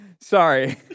Sorry